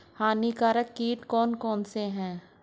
हानिकारक कीट कौन कौन से हैं?